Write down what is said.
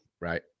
right